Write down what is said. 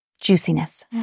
juiciness